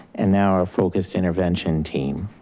and now our focused intervention team.